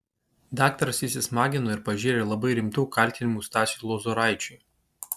daktaras įsismagino ir pažėrė labai rimtų kaltinimų stasiui lozoraičiui